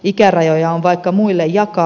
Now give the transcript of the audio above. ikärajoja on vaikka muille jakaa